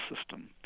system